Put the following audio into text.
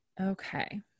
Okay